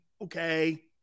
okay